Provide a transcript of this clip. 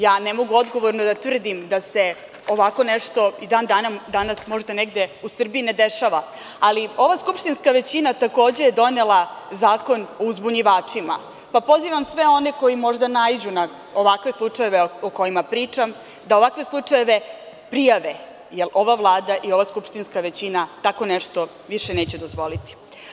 Ja ne mogu odgovorno da tvrdim da se ovako nešto i danas možda negde u Srbiji ne dešava, ali ova skupštinska većina je takođe donela Zakon o uzbunjivačima, pa pozivam sve one koji možda naiđu na ovakve slučajeve o kojima pričam, da ovakve slučajeve prijave, jer ova Vlada i ova skupštinska većina tako nešto više neće dozvoliti.